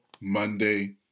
Monday